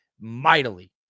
mightily